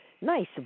nice